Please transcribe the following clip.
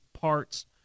parts